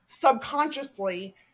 subconsciously